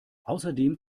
außerdem